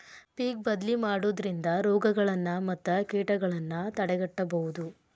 ಪಿಕ್ ಬದ್ಲಿ ಮಾಡುದ್ರಿಂದ ರೋಗಗಳನ್ನಾ ಮತ್ತ ಕೇಟಗಳನ್ನಾ ತಡೆಗಟ್ಟಬಹುದು